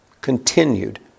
continued